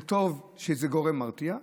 זה טוב שזה גורם מרתיע,